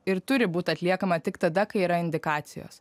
ir turi būt atliekama tik tada kai yra indikacijos